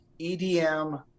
EDM